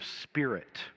spirit